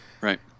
right